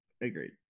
Agreed